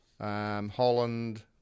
Holland